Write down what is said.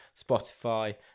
Spotify